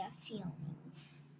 feelings